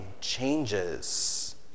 changes